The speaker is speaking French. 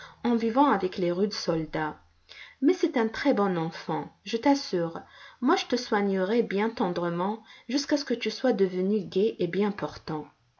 en vivant avec les rudes soldats mais c'est un très-bon enfant je t'assure moi je te soignerai bien tendrement jusqu'à ce que tu sois devenu gai et bien portant